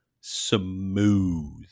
smooth